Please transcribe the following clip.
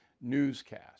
newscast